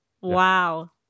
Wow